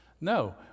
No